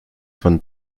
von